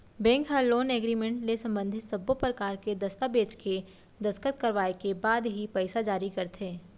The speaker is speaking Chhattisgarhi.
बेंक ह लोन एगरिमेंट ले संबंधित सब्बो परकार के दस्ताबेज के दस्कत करवाए के बाद ही पइसा जारी करथे